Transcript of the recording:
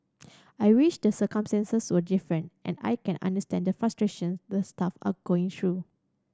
I wish the circumstances were different and I can understand the frustration the staff are going through